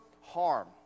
harm